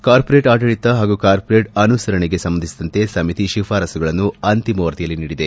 corporate ಆಡಳಿತ ಹಾಗೂ corporate ಅನುಸರಣೆಗೆ ಸಂಬಂಧಿಸಿದಂತೆ ಸಮಿತಿ ಶಿಫಾರಸುಗಳನ್ನು ಅಂತಿಮ ವರದಿಯಲ್ಲಿ ನೀಡಿದೆ